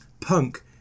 punk